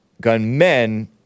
Gunmen